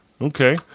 Okay